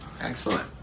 Excellent